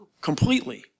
completely